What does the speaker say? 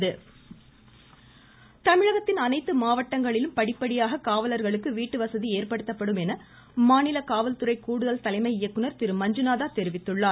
த த த த த த மஞ்சுநாதா தமிழகத்தின் அனைத்து மாவட்டங்களிலும் படிப்படியாக காவலர்களுக்கு வீட்டுவசதி ஏற்படுத்தப்படும் என மாநில காவல்துறை கூடுதல் தலைமை இயக்குநர் திரு மஞ்சுநாதா தெரிவித்துள்ளார்